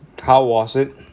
how was it